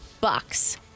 Bucks